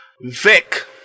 Vic